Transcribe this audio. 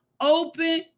Open